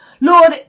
Lord